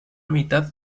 mitad